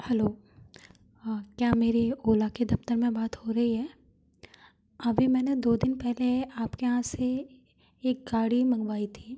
hello हाँ क्या मेरी ओला के दफ्तर में बात हो रही है अभी मैंने दो दिन पहले आपके यहाँ से एक गाड़ी मंगवाई थी